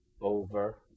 over